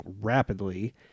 rapidly